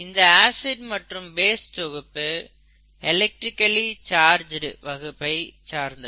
இந்த ஆசிட் மற்றும் பேஸ் தொகுப்பு எலக்ட்ரிக்கலி சார்ஜ்ட் வகுப்பை சார்ந்தது